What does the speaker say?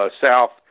south